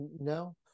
No